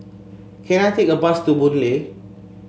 can I take a bus to Boon Lay